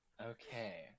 Okay